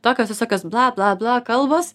tokios visokios bla bla bla kalbos